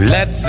Let